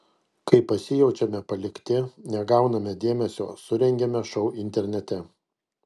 kai pasijaučiame palikti negauname dėmesio surengiame šou internete